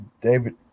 David